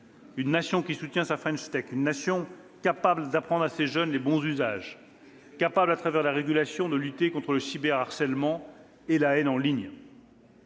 de nation qui soutient sa French Tech, de nation capable d'apprendre à ses jeunes les bons usages et, grâce à la régulation, de lutter contre le cyberharcèlement et la haine en ligne.